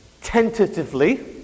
tentatively